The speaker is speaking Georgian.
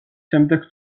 შემდეგ